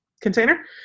container